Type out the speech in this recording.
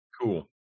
Cool